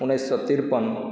उन्नैस सए तिरपन